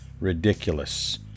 ridiculous